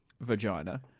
vagina